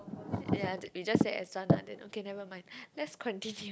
ya we just said S_R-Nathan okay nevermind let's continue